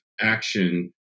action